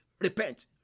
Repent